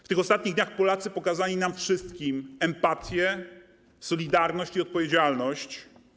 W tych ostatnich dniach Polacy pokazali nam wszystkim empatię, solidarność i odpowiedzialność.